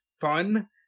fun